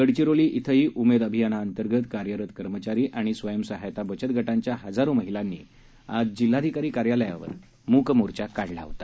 गडचिरोली इथंही उमेद अभियानांतर्गत कार्यरत कर्मचारी आणि स्वयंसहायता बचत गटांच्या हजारो महिलांनी आज जिल्हाधिकारी कार्यालयावर मूक मोर्चा काढला होता